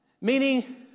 Meaning